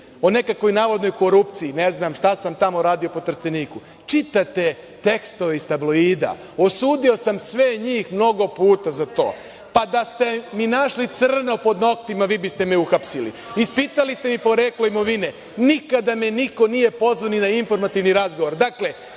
o nekakvoj navodnoj korupciji, ne znam šta sam tamo radio po Trsteniku, čitate tekstove iz tabloida. Osudio sam sve njih mnogo puta za to. Pa, da ste mi našli crno pod noktima, vi biste me uhapsili. Ispitali ste mi poreklo imovine. Nikada me niko nije pozvao ni na informativni razgovor. Dakle,